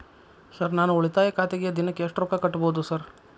Sir ನಾನು ಉಳಿತಾಯ ಖಾತೆಗೆ ದಿನಕ್ಕ ಎಷ್ಟು ರೊಕ್ಕಾ ಕಟ್ಟುಬಹುದು ಸರ್?